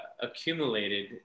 accumulated